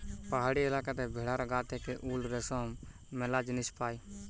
পাহাড়ি এলাকাতে ভেড়ার গা থেকে উল, রেশম ম্যালা জিনিস পায়